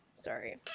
sorry